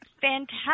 Fantastic